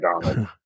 Donald